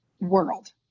world